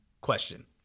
question